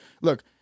look